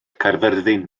caerfyrddin